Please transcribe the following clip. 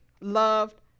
loved